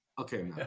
Okay